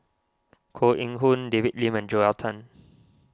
Koh Eng Hoon David Lim and Joel Tan